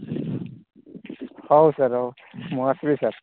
ହଉ ସାର୍ ହଉ ମୁଁ ଆସିବି ସାର୍